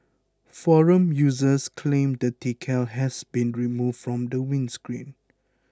forum users claimed the decal has been removed from the windscreen